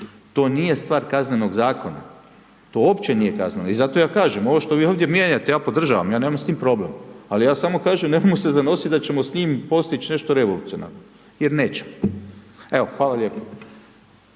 To nije stvar Kaznenog zakona, to uopće nije kazneno. I zato ja kažem ovo što vi ovdje mijenjate ja podržavam, ja nemam s time problem a ja samo kažem nemojmo se zanositi da ćemo s njim postići nešto revolucionarno jer nećemo. Evo, hvala lijepa.